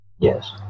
Yes